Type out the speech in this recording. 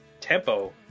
tempo